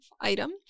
item